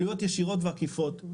עלויות ישירות ועקיפות.